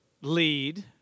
lead